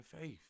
faith